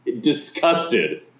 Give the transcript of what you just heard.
disgusted